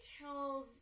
tells